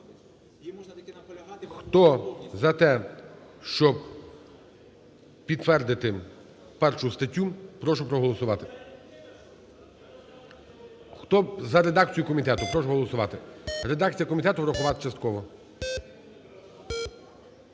Хто за те, щоб підтвердити 1 статтю, прошу проголосувати. Хто за редакцію комітету, прошу голосувати. Редакція комітету – врахувати частково.